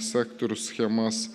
sektorių schemas